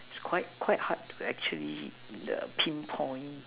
quite quite hard to actually pinpoint